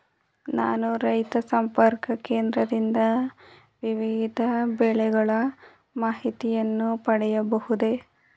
ನಾನು ರೈತ ಸಂಪರ್ಕ ಕೇಂದ್ರದಿಂದ ವಿವಿಧ ಬೆಳೆಗಳ ಮಾಹಿತಿಯನ್ನು ಪಡೆಯಬಹುದೇ?